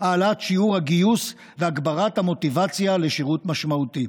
העלאת שיעור הגיוס והגברת המוטיבציה לשירות משמעותי,